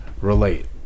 relate